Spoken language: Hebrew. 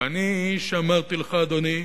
ואני איש, אמרתי לך, אדוני,